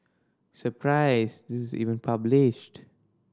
surprised this is even published